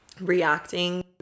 reacting